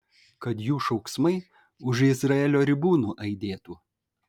kad jų šauksmai už izraelio ribų nuaidėtų